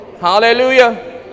hallelujah